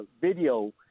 video